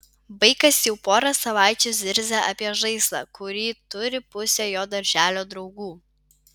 vaikas jau porą savaičių zirzia apie žaislą kurį turi pusė jo darželio draugų